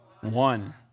one